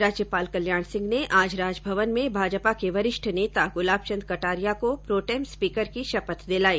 राज्यपाल कल्याण सिंह ने आज राजभवन में भाजपा के वरिष्ठ नेता गुलाब चन्द कटारिया को प्रोटेम स्पीकर की शपथ दिलाई